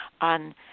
on